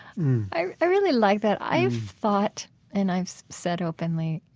i really like that. i've thought and i've said openly,